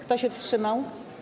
Kto się wstrzymał?